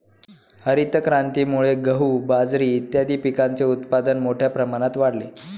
हरितक्रांतीमुळे गहू, बाजरी इत्यादीं पिकांचे उत्पादन मोठ्या प्रमाणात वाढले